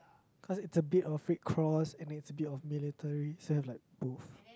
cause it's a bit of red cross and it's a bit of military so have like both